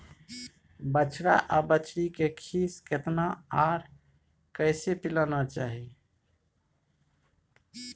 बछरा आर बछरी के खीस केतना आर कैसे पिलाना चाही?